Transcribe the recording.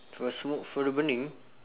the smoke from the burning